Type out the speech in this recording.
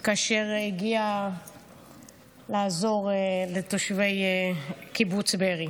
כאשר הגיע לעזור לתושבי קיבוץ בארי.